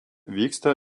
vyksta